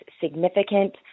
significant